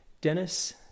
Dennis